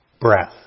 breath